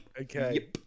Okay